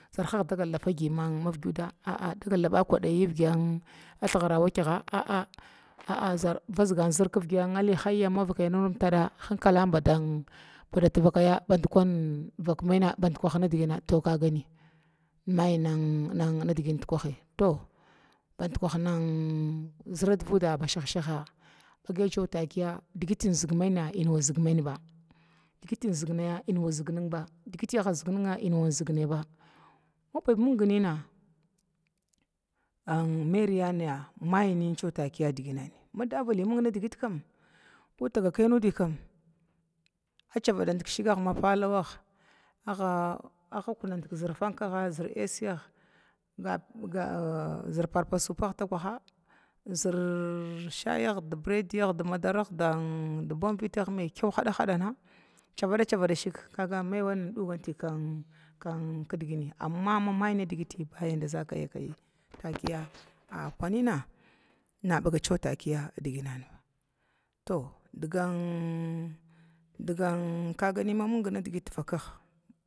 Zərhag dagal da fagyi mavguda dagala'a da ba kudayi əvgan mathgara wakyaga a'a vasgan zəra ma hayi anvaky nura hinkalan batvakaya badkuh nindgina bandkwah nidgina to kagani dikwahi badkun zəra divuda ba sahsahaha bagaitakiya digin baga minya digiti zigna, daguina digiti zigu nin daguina mabamin nina, dalithrna digit kam maba mainini agga cavadant shigagha ma falawa agga kunout zor faukaga zər aəsiya zor parpasuwaga zər shayag din birediya din medaraga din bounvitag maykwal cavada cavada shigagha maiwan duganti kn digiti, amma mamy digiti bayadda zakayi dashi kunina nabaga takiya digina to digan digan digan kakani mamain digit vakaga